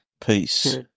peace